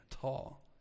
tall